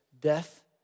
death